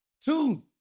Two